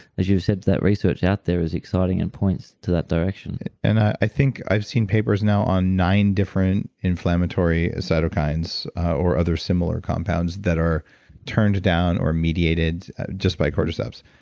as you've said that research out there is exciting and points to that direction and i think, i've seen papers now on nine different inflammatory cytokines or other similar compounds that are turned down or mediated just by cordyceps,